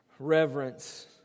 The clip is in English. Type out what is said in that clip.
Reverence